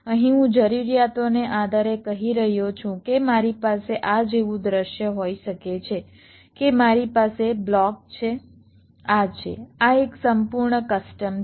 અહીં હું જરૂરિયાતોને આધારે કહી રહ્યો છું કે મારી પાસે આ જેવું દૃશ્ય હોઈ શકે છે કે મારી પાસે બ્લોક છે આ છે આ એક સંપૂર્ણ કસ્ટમ છે